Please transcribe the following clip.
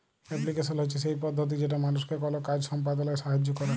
application হছে সেই পদ্ধতি যেট মালুসকে কল কাজ সম্পাদলায় সাহাইয্য ক্যরে